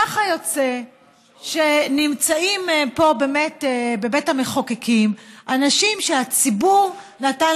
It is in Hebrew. ככה יוצא שנמצאים פה בבית המחוקקים אנשים שהציבור נתן